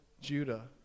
Judah